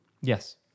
Yes